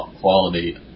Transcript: quality